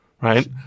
right